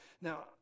Now